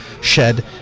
shed